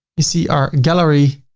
you see our gallery,